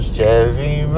Chevy